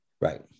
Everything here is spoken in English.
Right